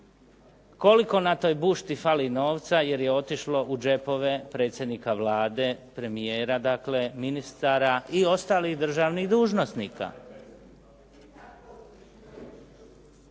koliko na toj bušti fali novca jer je otišlo u džepove predsjednika Vlade, premijera dakle, ministara i ostalih državnih dužnosnika.